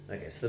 Okay